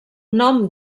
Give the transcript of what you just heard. nom